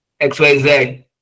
xyz